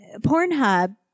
Pornhub